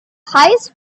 highest